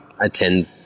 attend